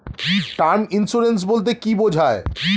Term insurance বলতে কী বোঝায়?